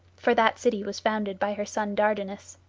for that city was founded by her son dardanus.